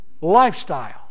lifestyle